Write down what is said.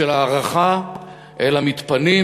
הערכה אל המתפנים